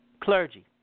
Clergy